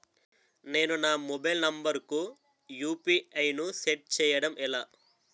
నేను నా mobile number కుయు.పి.ఐ ను సెట్ చేయడం ఎలా?